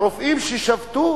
הרופאים ששבתו